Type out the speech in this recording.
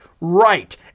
right